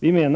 person.